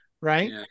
Right